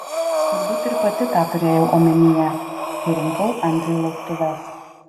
turbūt ir pati tą turėjau omenyje kai rinkau andriui lauktuves